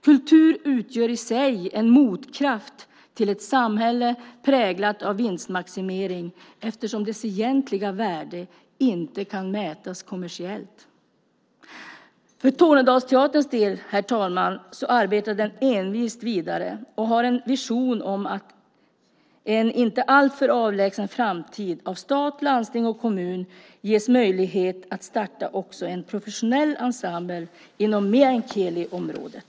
Kultur utgör i sig en motkraft till ett samhälle präglat av vinstmaximering, eftersom dess egentliga värde inte kan mätas kommersiellt. Herr talman! Tornedalsteatern arbetar envist vidare och har en vision om att den inom en inte alltför avlägsen framtid av stat, landsting och kommun ges möjlighet att starta en professionell ensemble inom meänkieliområdet.